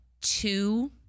two